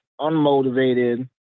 unmotivated